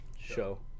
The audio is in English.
show